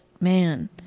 man